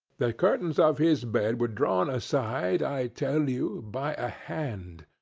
the curtains of his bed were drawn aside, i tell you, by a hand.